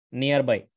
nearby